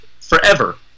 forever